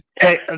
Hey